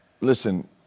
listen